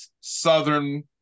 Southern